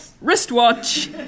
wristwatch